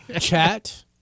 Chat